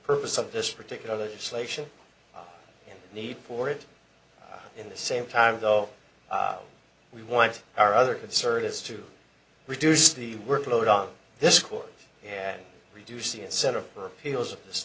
purpose of this particular legislation the need for it in the same time though we want our other concert is to reduce the workload on this court and reduce the incentive for appeals of this